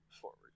forward